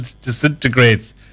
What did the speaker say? disintegrates